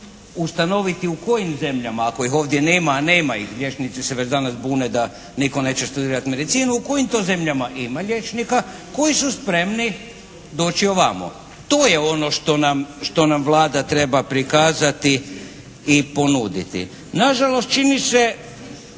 u kojim zemljama ako ih ovdje nema, a nema ih, liječnici se već danas bune da nitko neće studirati medicinu, u kojim to zemljama ima liječnika koji su spremni doći ovamo. To je ono što nam Vlada treba prikazati i ponuditi. Na žalost čini se